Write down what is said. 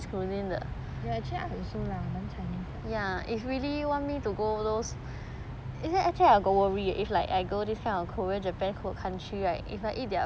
ya actually I also lah 蛮 chinese 的